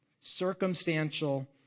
Circumstantial